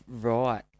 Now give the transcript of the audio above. Right